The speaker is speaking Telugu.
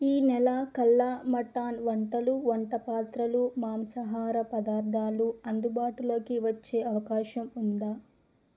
ఈ నెల కల్లా మటన్ వంటలు వంటపాత్రలు మాంసాహార పదార్థాలు అందుబాటులోకి వచ్చే అవకాశం ఉందా